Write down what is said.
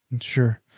Sure